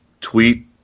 tweet